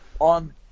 on